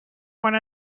one